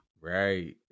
right